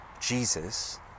Jesus